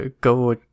go